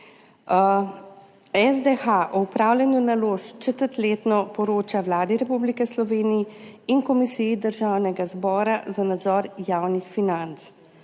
SDH o upravljanju naložb četrtletno poroča Vladi Republike Slovenije in Komisiji Državnega zbora za nadzor javnih financ.